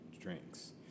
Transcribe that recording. drinks